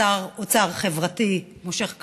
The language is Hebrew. בשר אוצר חברתי משה כחלון,